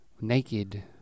Naked